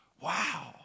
Wow